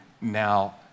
Now